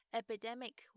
epidemic